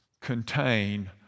contain